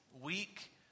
weak